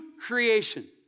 creation